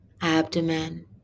abdomen